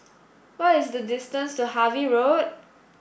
what is the distance to Harvey Road